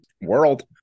world